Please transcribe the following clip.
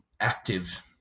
active